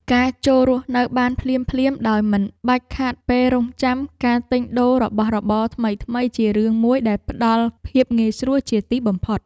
ការចូលរស់នៅបានភ្លាមៗដោយមិនបាច់ខាតពេលរង់ចាំការទិញដូររបស់របរថ្មីៗជារឿងមួយដែលផ្ដល់ភាពងាយស្រួលជាទីបំផុត។